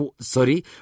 sorry